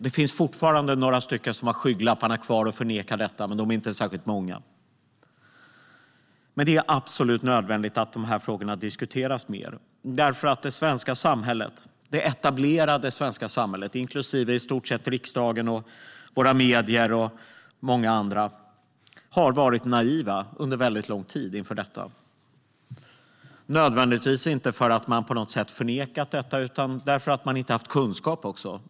Det finns fortfarande några stycken som har skygglapparna kvar och förnekar detta, men de är inte särskilt många. Det är absolut nödvändigt att dessa frågor diskuteras mer, därför att det etablerade svenska samhället inklusive - i stort sett - riksdagen, våra medier och många andra har varit naiva inför detta under väldigt lång tid. Inte nödvändigtvis för att man på något sätt förnekat det, utan för att man inte har haft kunskap.